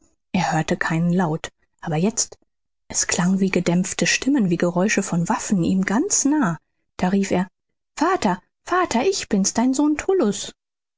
er hörte keinen laut aber jetzt es klang wie gedämpfte stimmen wie geräusch von waffen ihm ganz nahe da rief er vater vater ich bin's dein sohn